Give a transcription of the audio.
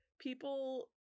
People